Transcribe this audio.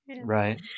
Right